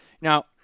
now